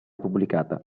pubblicata